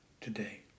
today